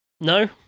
No